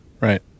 Right